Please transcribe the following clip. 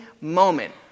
moment